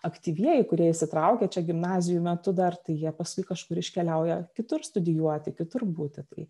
aktyvieji kurie įsitraukia čia gimnazijų metu dar tai jie paskui kažkur iškeliauja kitur studijuoti kitur būti tai